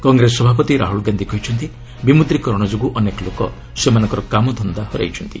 କଂଗ୍ରେସ ସଭାପତି ରାହୁଲ ଗାନ୍ଧି କହିଛନ୍ତି ବିମୁଦ୍ରିକରଣ ଯୋଗୁଁ ଅନେକ ଲୋକ ସେମାନଙ୍କର କାମଧନ୍ଦା ହରାଇଛନ୍ତି